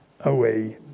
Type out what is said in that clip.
away